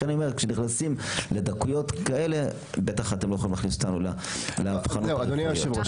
כשנכנסים לדקויות כאלה- -- אדוני היושב-ראש,